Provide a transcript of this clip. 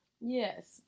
Yes